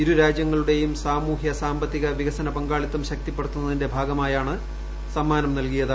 ഇരു രാജ്യങ്ങളുടെയും സാമൂഹ്യ സാമ്പത്തിക വികസന പങ്കാളിത്തം ശക്തിപ്പെടുത്തുന്നതിന്റെ ഭാഗമായാണ് സമ്മാനം നൽകിയത്